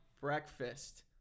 breakfast